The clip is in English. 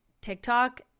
TikTok